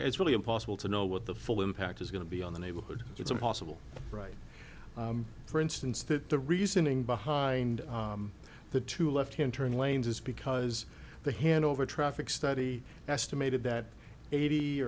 it's really impossible to know what the full impact is going to be on the neighborhood it's impossible right for instance that the reasoning behind the two left hand turn lanes is because the hanover traffic study estimated that eighty